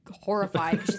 horrified